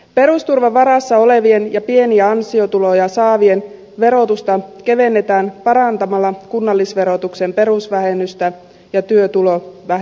perusturvan varassa olevien ja pieniä ansiotuloja saavien verotusta kevennetään parantamalla kunnallisverotuksen perusvähennystä ja työtulovähennystä